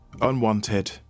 unwanted